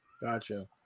Gotcha